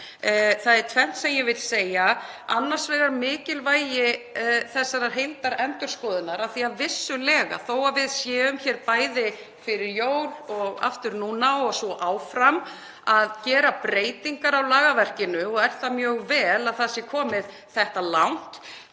Það er tvennt sem ég vil segja: Annars vegar varðandi mikilvægi þessarar heildarendurskoðunar, þó að við séum hér, bæði fyrir jól og aftur núna og svo áfram, að gera breytingar á lagaverkinu, og er það mjög vel að það sé komið þetta langt,